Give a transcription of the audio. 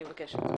אני מבקשת.